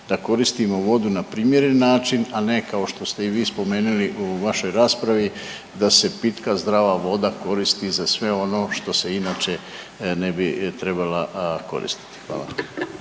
da koristimo vodu na primjeren način, a ne kao što ste i vi spomenuli u vašoj raspravi da se pitka zdrava voda koristi za sve ono što se inače ne bi trebala koristiti. Hvala.